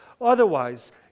Otherwise